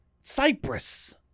Cyprus